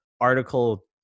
article